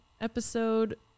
episode